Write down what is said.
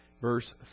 verse